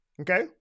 Okay